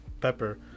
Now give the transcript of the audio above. pepper